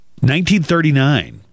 1939